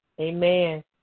amen